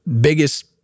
biggest